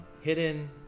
hidden